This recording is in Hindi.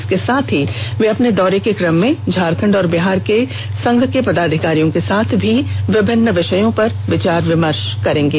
इसके साथ ही वे अपने दौरे के कम में झारखंड और बिहार के संघ के पदाधिकारियों के साथ विभिन्न विषयों पर विचार विमर्श करेंगे